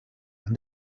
and